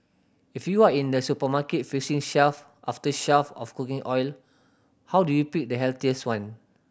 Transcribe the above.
if you are in a supermarket facing shelf after shelf of cooking oil how do you pick the healthiest one